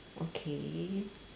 okay